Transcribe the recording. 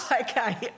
Okay